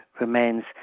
remains